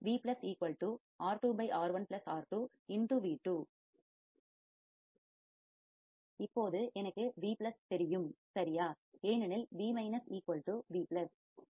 எனவே இப்போது எனக்கு V தெரியும் சரியா ஏனெனில் V V